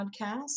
Podcast